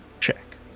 check